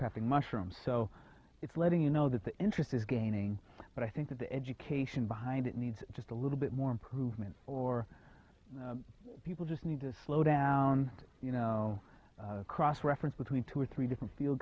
prepping mushroom so it's letting you know that the interest is gaining but i think that the education behind it needs just a little bit more improvement or people just need to slow down you know cross reference between two or three different fiel